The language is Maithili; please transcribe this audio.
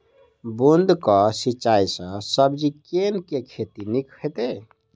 बूंद कऽ सिंचाई सँ सब्जी केँ के खेती नीक हेतइ?